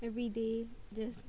everyday just